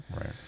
Right